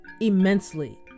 immensely